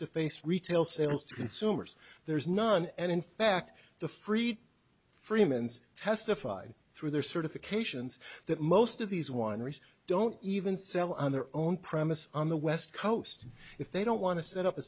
to face retail sales to consumers there is none and in fact the fried freemans testified through their certifications that most of these one research don't even sell on their own premises on the west coast if they don't want to set up a